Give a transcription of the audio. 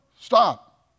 stop